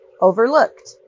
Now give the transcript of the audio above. overlooked